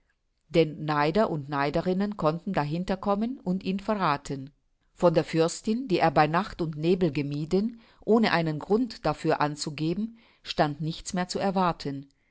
denn neider und neiderinnen konnten dahinter kommen und ihn verrathen von der fürstin die er bei nacht und nebel gemieden ohne einen grund dafür anzugeben stand nichts mehr zu erwarten